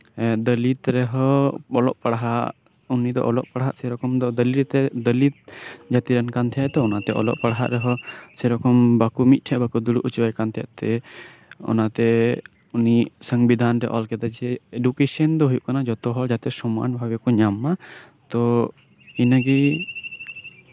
ᱫᱚᱞᱤᱛ ᱨᱮᱦᱚᱸ ᱚᱞᱚᱜ ᱯᱟᱲᱦᱟᱜ ᱩᱱᱤ ᱫᱚ ᱚᱞᱚᱜ ᱯᱟᱲᱦᱟᱜ ᱥᱮᱨᱚᱠᱚᱢ ᱫᱚ ᱫᱚᱞᱤᱛ ᱡᱟᱹᱛᱤᱨᱮᱱ ᱠᱟᱱ ᱛᱟᱸᱦᱮ ᱛᱚ ᱚᱱᱟᱛᱮ ᱚᱞᱚᱜ ᱯᱟᱲᱦᱟᱜ ᱨᱮᱦᱚᱸ ᱢᱤᱫᱴᱷᱮᱱ ᱵᱟᱠᱚ ᱫᱩᱲᱩᱵ ᱦᱚᱪᱚᱣᱟᱭ ᱠᱟᱱ ᱛᱟᱦᱮᱸᱫ ᱛᱮ ᱚᱱᱟᱛᱮ ᱩᱱᱤ ᱥᱚᱝᱵᱤᱫᱷᱟᱱ ᱨᱮ ᱚᱞ ᱠᱮᱫᱟᱭ ᱡᱮ ᱮᱰᱩᱠᱮᱥᱚᱱ ᱫᱚ ᱦᱩᱭᱩᱜ ᱠᱟᱱᱟ ᱡᱚᱛᱚᱦᱚᱲ ᱡᱟᱛᱮ ᱥᱚᱢᱟᱱ ᱵᱷᱟᱵᱮ ᱠᱚ ᱧᱟᱢᱢᱟ ᱛᱚ ᱤᱱᱟᱹᱜᱮ